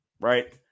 Right